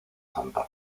santa